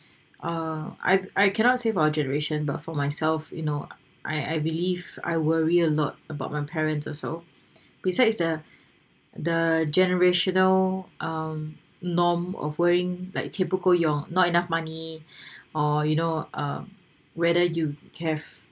uh I I cannot save our generation but for myself you know I I believe I worry a lot about my parents also besides the the generational um norm of worrying like typical you're not enough money or you know uh whether you cav~